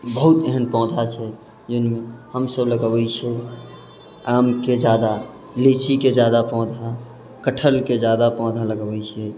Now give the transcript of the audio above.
बहुत एहन पौधा छै जे हमसब लगबै छिए आमके ज्यादा लीचीके ज्यादा पौधा कटहलके ज्यादा पौधा लगबै छिए